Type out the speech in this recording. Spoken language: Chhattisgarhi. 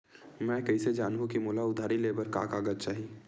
मैं कइसे जानहुँ कि मोला उधारी ले बर का का कागज चाही?